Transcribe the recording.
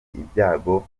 ibyago